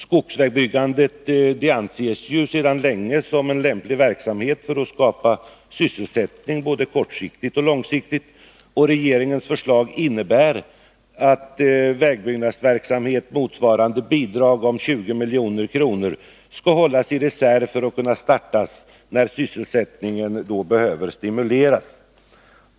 Skogsvägbyggandet anses ju sedan länge som en lämplig verksamhet för att skapa sysselsättning både kortsiktigt och långsiktigt. Regeringens förslag innebär att vägbyggnadsverksamhet motsvarande ett bidrag på 20 milj.kr. skall hållas i reserv för att kunna startas när sysselsättningen behöver stimuleras.